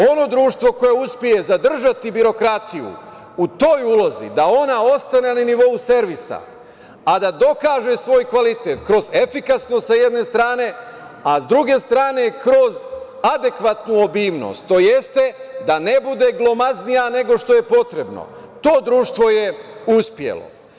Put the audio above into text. Ono društvo koje uspe zadržati birokratiju u toj ulozi da ona ostane na nivou servisa, a da dokaže svoj kvalitet kroz efikasnost s jedne strane, a s druge strane kroz adekvatnu obimnost, tj. da ne bude glomaznija nego što je potrebno, to društvo je uspelo.